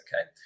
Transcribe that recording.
okay